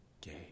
Gay